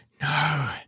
No